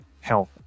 health